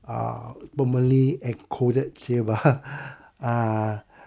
ah permanently encoded here bah ha uh